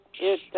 yes